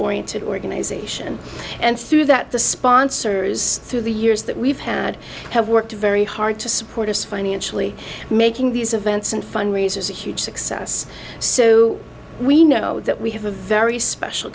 oriented organization and through that the sponsors through the years that we've had have worked very hard to support us financially making these events and fundraisers a huge success so we know that we have a very special